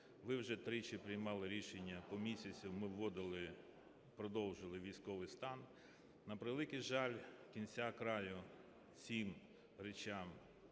Ви вже тричі приймали рішення, по місяцю ми вводили, продовжували військовий стан. На превеликий жаль, кінця і краю цим речам